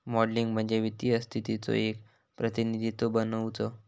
modelling म्हणजे वित्तीय स्थितीचो एक प्रतिनिधित्व बनवुचा